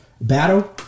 battle